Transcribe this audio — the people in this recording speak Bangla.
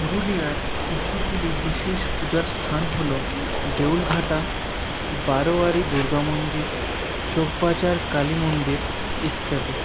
পুরুলিয়ার কিছুগুলি বিশেষ পূজার স্থান হলো দেউলঘাটা বারোয়ারি দুর্গা মন্দির চৌকবাজার কালী মন্দির ইত্যাদি